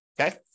okay